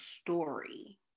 story